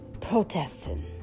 protesting